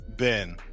Ben